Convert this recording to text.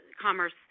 commerce